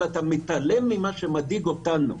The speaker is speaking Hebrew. אבל אתה מתעלם ממה שמדאיג אותנו,